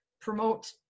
promote